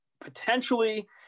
potentially